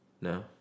No